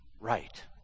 right